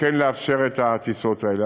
כן לאפשר את הטיסות האלה.